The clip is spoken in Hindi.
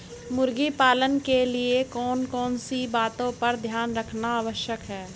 मुर्गी पालन के लिए कौन कौन सी बातों का ध्यान रखना आवश्यक है?